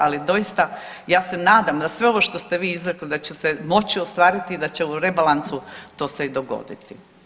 Ali doista ja se nadam da sve ovo što ste vi izrekli da će se moći ostvariti i da će u rebalansu to se i dogoditi.